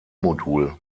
modul